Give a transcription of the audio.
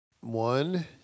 one